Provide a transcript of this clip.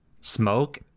smoke